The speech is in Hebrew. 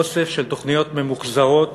אוסף של תוכניות ממוחזרות